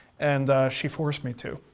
and she forced me to,